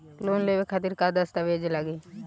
Loan लेवे खातिर का का दस्तावेज लागी?